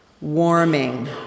warming